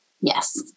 Yes